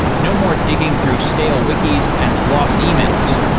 no more digging through stale wiki's and lost e-mails.